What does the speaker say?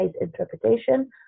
interpretation